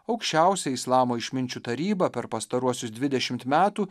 aukščiausia islamo išminčių taryba per pastaruosius dvidešimt metų